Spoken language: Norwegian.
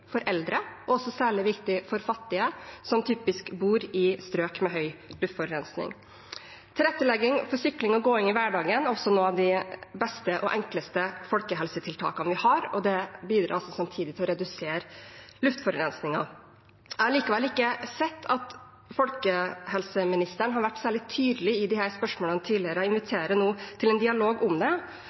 for eldre, og også særlig viktig for fattige, som typisk bor i strøk med høy luftforurensning. Tilrettelegging for sykling og gåing i hverdagen er også et av de beste og enkleste folkehelsetiltakene vi har, og det bidrar samtidig til å redusere luftforurensningen. Jeg har likevel ikke sett at folkehelseministeren har vært særlig tydelig når det gjelder disse spørsmålene tidligere, og jeg inviterer nå til en dialog om det.